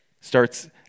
starts